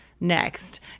next